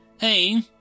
Hey